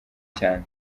cyane